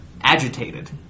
agitated